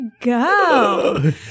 go